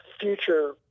future